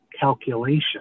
calculation